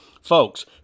Folks